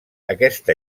aquesta